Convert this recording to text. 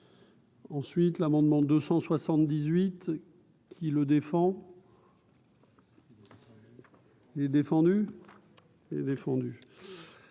Ensuite, l'amendement 278 qui le défend. Il est défendu, défendu.